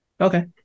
Okay